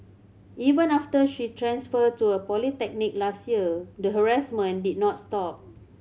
even after she transferred to a polytechnic last year the harassment did not stop